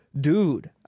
Dude